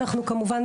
אנחנו כמובן,